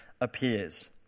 appears